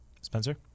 Spencer